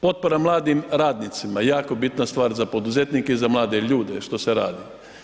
Potpora mladim radnicima, jako bitna stvar za poduzetnike i za mlade ljude što se radi.